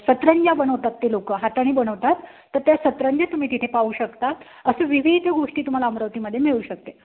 सतरंज्या बनवतात ते लोकं हातानी बनवतात तर त्या सतरंज्या तुम्ही तिथे पाहू शकतात असं विविध गोष्टी तुम्हाला अमरावतीमध्ये मिळू शकते